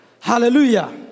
Hallelujah